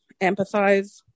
empathize